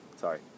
Sorry